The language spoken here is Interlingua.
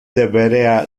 deberea